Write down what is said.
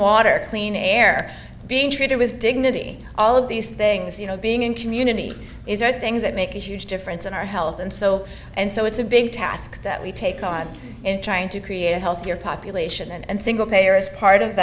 water clean air being treated with dignity all of these things you know being in community is are things that make a huge difference in our health and so and so it's a big task that we take on in trying to create a healthier population and single payer is part of